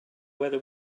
whether